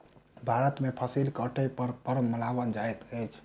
भारत में फसिल कटै पर पर्व मनाओल जाइत अछि